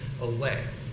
away